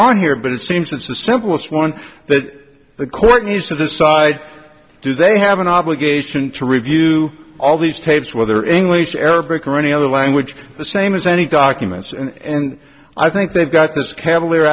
on here but it seems it's the simplest one that the court needs to decide do they have an obligation to review all these tapes whether english arabic or any other language the same as any documents and i think they've got this cavalier